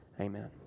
Amen